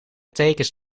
tekens